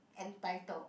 entitled